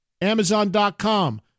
amazon.com